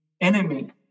enemy